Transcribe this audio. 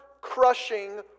crushing